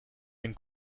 and